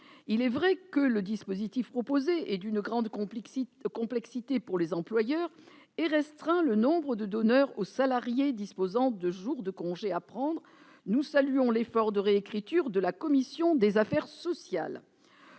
Il est vrai que le dispositif proposé est d'une grande complexité pour les employeurs et restreint le nombre de donateurs aux salariés disposant de jours de congé à prendre. Nous saluons l'effort de réécriture de la commission des affaires sociales.